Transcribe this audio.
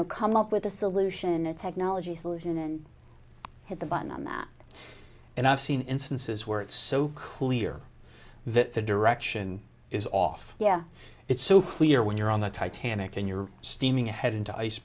know come up with a solution a technology solution then hit the button on that and i've seen instances where it's so clear that the direction is off yeah it's so clear when you're on the titanic and you're steaming ahead into